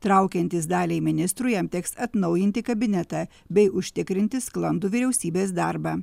traukiantis daliai ministrų jam teks atnaujinti kabinetą bei užtikrinti sklandų vyriausybės darbą